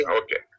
okay